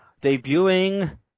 debuting